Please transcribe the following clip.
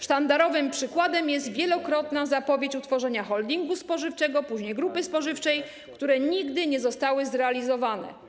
Sztandarowym przykładem jest wielokrotna zapowiedź utworzenia holdingu spożywczego, później grupy spożywczej, które nigdy nie zostały zrealizowane.